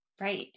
Right